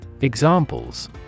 Examples